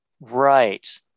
right